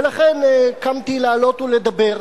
ולכן קמתי לעלות ולדבר.